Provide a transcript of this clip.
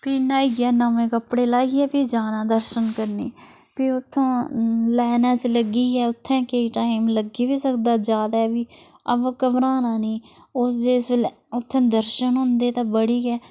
फ्ही न्हाइयै नमें कप्पड़े लाइयै फिर जाना दर्शन करने गी फ्ही उत्थूं लैना च लग्गियै उत्थें केईं टाइम लग्गी बी सकदा ज्यादा बी अवा घबराना नी उस जिस बेल्लै उत्थै दर्शन होंदे ते बड़ी गै